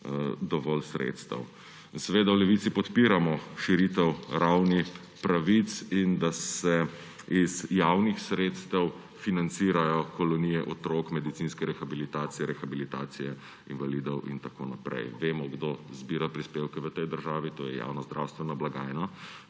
dovolj sredstev. Seveda v Levici podpiramo širitev ravni pravic in da se iz javnih sredstev financirajo kolonije otrok, medicinske rehabilitacije, rehabilitacije invalidov in tako naprej. Vemo, kdo zbira prispevke v tej državi, to je javna zdravstvena blagajna,